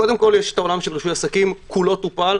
קודם כול יש את העולם של רישוי עסקים, כולו טופל.